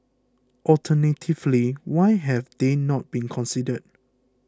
alternatively why have they not been considered